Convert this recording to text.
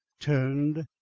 turned,